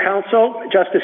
counsel justice